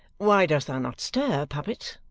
why dost thou not stir, puppet?